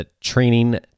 Training